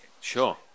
Sure